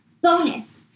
Bonus